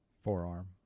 forearm